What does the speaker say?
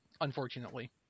Unfortunately